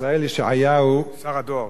שר הדואר.